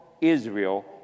Israel